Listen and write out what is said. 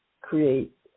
create